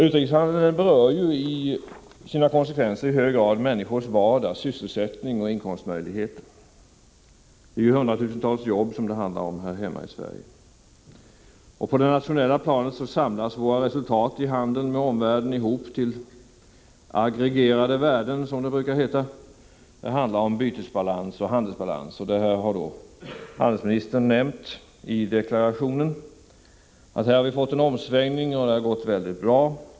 Utrikeshandeln berör i sina konsekvenser i hög grad människors vardag, sysselsättning och inkomstmöjligheter. Det handlar om hundratusentals jobb här hemma i Sverige. På det nationella planet samlas våra resultat av handeln med omvärlden ihop till aggregerade värden, som det brukar heta. Det handlar om bytesbalans och handelsbalans. Handelsministern nämnde detta i sin deklaration. En omsvängning har skett, och det har gått väldigt bra.